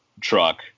truck